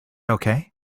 okay